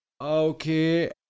Okay